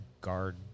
guard